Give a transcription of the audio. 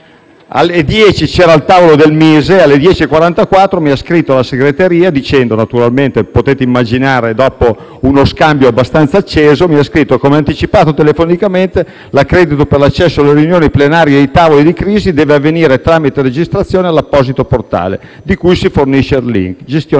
convocato il tavolo presso il MISE; alle ore 10,44 mi ha scritto la segreteria - naturalmente, come potete immaginare, dopo uno scambio abbastanza accesso - dicendo: «Come anticipato telefonicamente, l'accredito per l'accesso alle riunioni plenarie ai tavoli di crisi deve avvenire tramite registrazione all'apposito portale, di cui si fornisce il *link* (…)».